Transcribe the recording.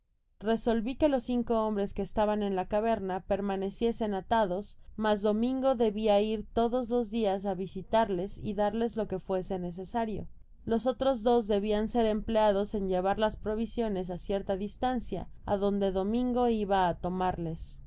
resolvi que los cinco hombres que estaban en la caverna permaneciesen atados mas domingo debia ir todos los dias á visitarles y darles lo que fuese necesario los otros dos debian ser empleados en llevar las provisiones á cierta distancia adonde domingo iba á tomarlas